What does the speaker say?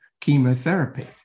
chemotherapy